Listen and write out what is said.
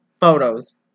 Photos